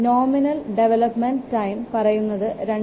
nominal development time പറയുന്നതു 2